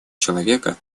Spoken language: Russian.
человека